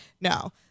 No